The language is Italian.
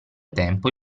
tempo